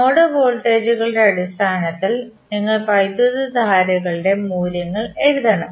node വോൾട്ടേജുകളുടെ അടിസ്ഥാനത്തിൽ നിങ്ങൾ വൈദ്യുതധാരകളുടെ മൂല്യങ്ങൾ എഴുതണം